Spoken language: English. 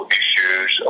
issues